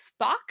Spock